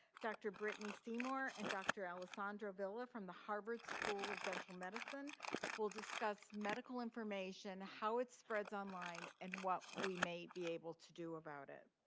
dr. brittany seymour and dr. alessandro villa from the harvard school of dental medicine will discuss medical information, how it spreads online, and what we may be able to do about it.